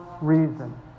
reason